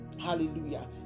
Hallelujah